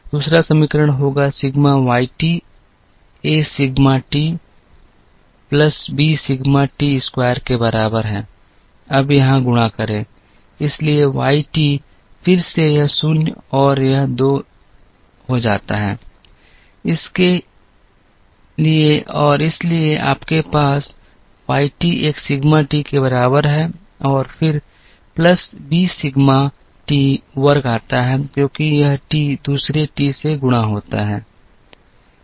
दूसरा समीकरण होगा सिग्मा वाई टी एक sigma t plus b sigma t square के बराबर है अब यहां गुणा करें इसलिए वाई टी फिर से यह शून्य और यह 2 जाता है इसलिए आपके पास वाई टी एक सिग्मा टी के बराबर है और फिर प्लस बी सिग्मा t वर्ग आता है क्योंकि यह t दूसरे t से गुणा होता है